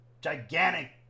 gigantic